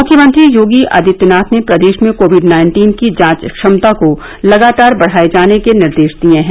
मुख्यमंत्री योगी आदित्यनाथ ने प्रदेश में कोविड नाइन्टीन की जांच क्षमता को लगातार बढाए जाने के निर्देश दिए हैं